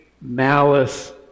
malice